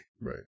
Right